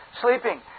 sleeping